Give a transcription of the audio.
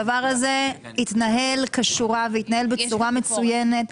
הדבר הזה התנהל כשורה והתנהל בצורה מצוינת.